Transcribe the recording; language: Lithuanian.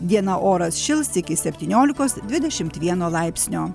dieną oras šils iki septyniolikos dvidešimt vieno laipsnio